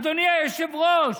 אדוני היושב-ראש,